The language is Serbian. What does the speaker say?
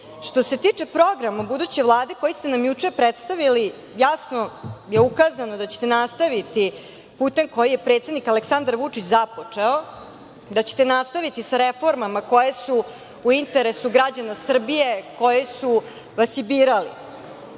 se tiče programa buduće Vlade koji ste nam juče predstavili jasno je ukazano da ćete nastaviti putem kojim je predsednik Aleksandar Vučić započeo, da ćete nastaviti sa reformama koje su u interesu građana Srbije koji su vas i